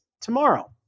tomorrow